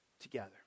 together